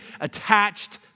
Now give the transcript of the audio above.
attached